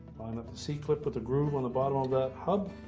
line up the c-clip with the groove on the bottom of that hub